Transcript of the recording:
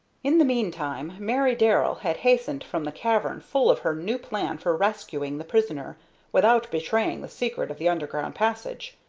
in the meantime mary darrell had hastened from the cavern full of her new plan for rescuing the prisoner without betraying the secret of the underground passage.